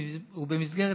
ובמסגרת